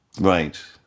Right